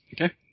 Okay